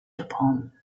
upon